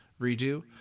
redo